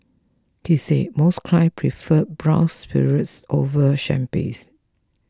he say most clients prefer brown spirits over champagne